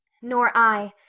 nor i.